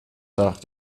hart